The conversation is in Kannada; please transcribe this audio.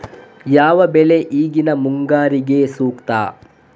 ಯಾವ ಬೆಳೆ ಈಗಿನ ಮುಂಗಾರಿಗೆ ಸೂಕ್ತ?